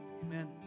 amen